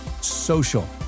social